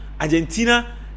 Argentina